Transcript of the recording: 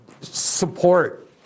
support